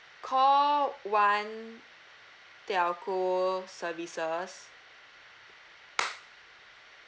call one telco services